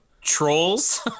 Trolls